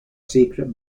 secret